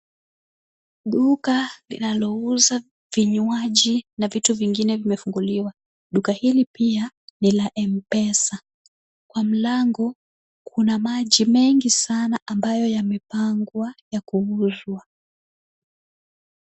Duka linalouza vinywaji na vitu vingine vimefuguliwa. Duka hili pia ni la M-Pesa. Kwa mlango, kuna maji mengi sana ambayo yamepangwa ya kuuzwa.